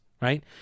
right